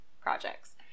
projects